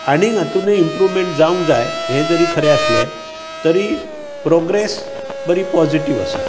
आनीक हांतुतूय इंप्रूवमेंट जावंक जाय हें जरी खरें आसले तरी प्रोग्रेस बरी पॉजिटिव आसा